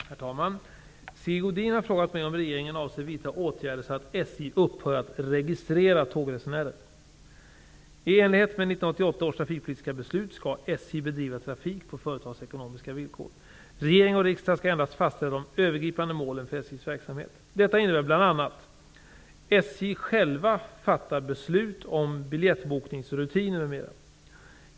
Herr talman! Sigge Godin har frågat mig om regeringen avser vidta åtgärder så att SJ upphör att registrera tågresenärer. Regering och riksdag skall endast fastställa de övergripande målen för SJ:s verksamhet. Detta innebär bl.a. att SJ självt fattar beslut om biljettbokningsrutiner m.m.